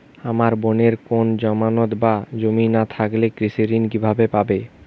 আমার বোনের কোন জামানত বা জমি না থাকলে কৃষি ঋণ কিভাবে পাবে?